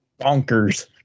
bonkers